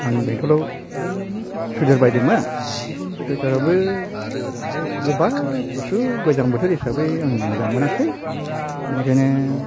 आं बेंथलाव सुइटार बायदोंमोन सुइटारआबो गोबा गुसु गोजांबोथोर हिसाबै आं मोजां मोनाख्सै बिनिखायनो